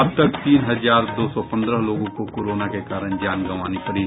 अब तक तीन हजार दो सौ पन्द्रह लोगों को कोरोना के कारण जान गंवानी पड़ी